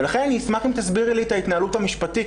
ולכן אני אשמח אם תסבירי לי את ההתנהלות המשפטית,